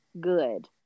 good